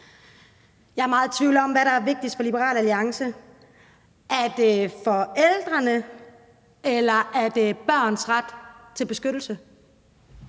Jeg er meget tvivl om, hvad der er vigtigst for Liberal Alliance. Er det forældrene, eller er det børns ret til beskyttelse?